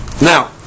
Now